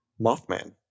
Mothman